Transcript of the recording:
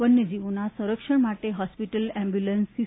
વન્યજીવોના સંરક્ષણ માટે hospital ambulance C